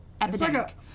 epidemic